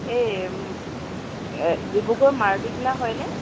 এই ডিব্ৰুগড় মাৰুতি ডীলাৰ হয়নে